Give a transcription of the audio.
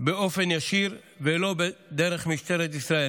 באופן ישיר ולא דרך משטרת ישראל.